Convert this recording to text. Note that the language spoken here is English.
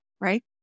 right